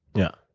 yeah.